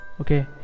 Okay